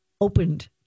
opened